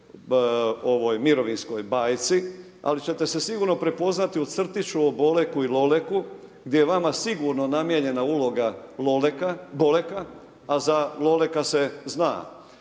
mojoj mirovinskoj bajci ali ćete se sigurno prepoznati u crtiću o Boleku i Loleku gdje je vama sigurno namijenjena uloga Boleka a za Loleka se zna.